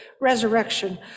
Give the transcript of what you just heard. resurrection